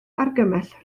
argymell